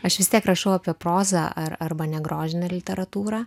aš vis tiek rašau apie prozą ar arba negrožinę literatūrą